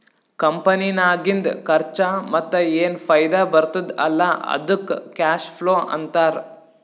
ಕಂಪನಿನಾಗಿಂದ್ ಖರ್ಚಾ ಮತ್ತ ಏನ್ ಫೈದಾ ಬರ್ತುದ್ ಅಲ್ಲಾ ಅದ್ದುಕ್ ಕ್ಯಾಶ್ ಫ್ಲೋ ಅಂತಾರ್